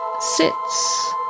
sits